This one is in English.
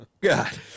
God